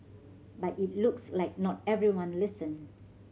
but it looks like not everyone listened